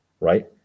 right